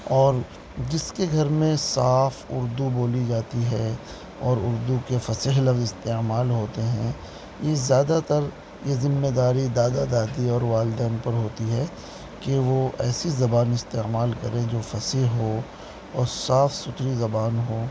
اور جس کے گھر میں صاف اردو بولی جاتی ہے اور اردو کے فصیح لفظ استعمال ہوتے ہیں یہ زیادہ تر یہ ذمہ داری دادا دادی اور والدین پر ہوتی ہے کہ وہ ایسی زبان استعمال کریں جو فصیح ہو اور صاف ستھری زبان ہو